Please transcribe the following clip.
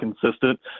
consistent